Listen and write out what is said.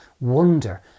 wonder